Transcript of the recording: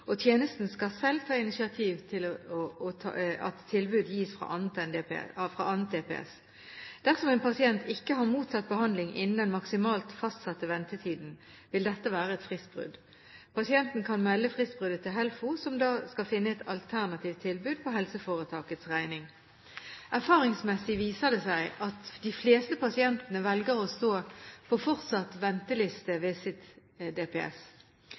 og tjenesten skal selv ta initiativ til at tilbud gis fra annet DPS. Dersom en pasient ikke har mottatt behandling innen den maksimalt fastsatte ventetiden, vil dette være et fristbrudd. Pasienten kan melde fristbruddet til HELFO, som da finner et alternativt tilbud på helseforetakets regning. Erfaringsmessig viser det seg at de fleste pasientene velger å stå på fortsatt venteliste ved sitt DPS.